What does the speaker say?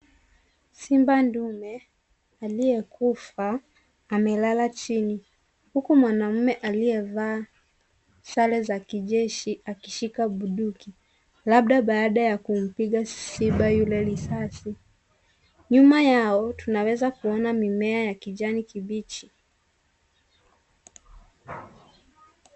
Simba ndume aliyekufa, amelala chini huku mwanaume aliyevaa sare za kijeshi akishika bunduki, labda baada ya kumpiga simba yule risasi. Nyuma yao tunaweza kuona mimea ya kijani kibichi.